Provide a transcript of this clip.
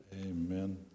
amen